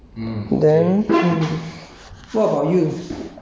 then um what about you